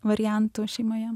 variantų šeimoje